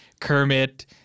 Kermit